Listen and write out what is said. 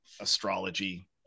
astrology